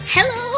Hello